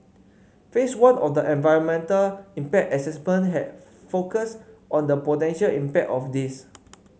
phase one of the environmental impact assessment have focused on the potential impact of this